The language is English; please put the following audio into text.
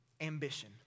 ambition